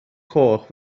coch